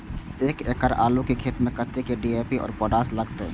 एक एकड़ आलू के खेत में कतेक डी.ए.पी और पोटाश लागते?